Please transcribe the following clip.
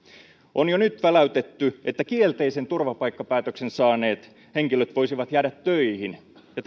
on jo nyt väläytetty että kielteisen turvapaikkapäätöksen saaneet henkilöt voisivat jäädä töihin ja